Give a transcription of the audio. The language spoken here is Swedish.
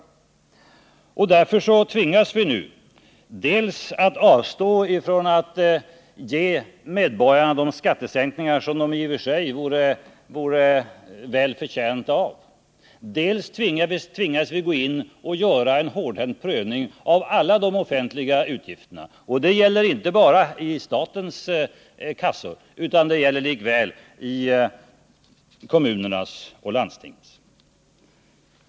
Därför tvingas vi nu dels att avstå från att ge medborgarna de skattesänkningar som de i och för sig vore väl förtjänta av, dels att gå in och göra en hårdhänt prövning av alla de offentliga utgifterna. Det gäller inte bara statens kassor utan också kommunernas och landstingens.